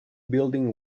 building